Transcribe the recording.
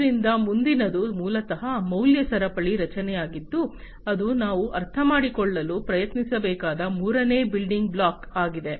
ಆದ್ದರಿಂದ ಮುಂದಿನದು ಮೂಲತಃ ಮೌಲ್ಯ ಸರಪಳಿ ರಚನೆಯಾಗಿದ್ದು ಅದು ನಾವು ಅರ್ಥಮಾಡಿಕೊಳ್ಳಲು ಪ್ರಯತ್ನಿಸಬೇಕಾದ ಮೂರನೇ ಬಿಲ್ಡಿಂಗ್ ಬ್ಲಾಕ್ ಆಗಿದೆ